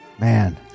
Man